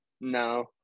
No